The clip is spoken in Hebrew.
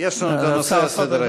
יש לנו נושא על סדר-היום.